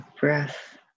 breath